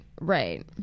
Right